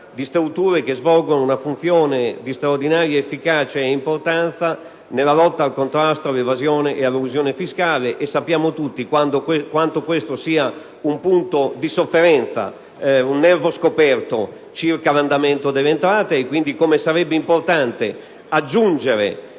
di strutture che svolgono una funzione di straordinaria efficacia e importanza nella lotta al contrasto all'evasione e all'elusione fiscale. Sappiamo tutti quanto questo sia un punto di sofferenza, un nervo scoperto circa l'andamento delle entrate e come sarebbe importante aggiungere